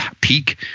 peak